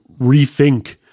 rethink